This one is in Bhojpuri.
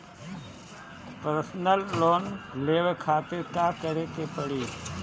परसनल लोन लेवे खातिर का करे के पड़ी?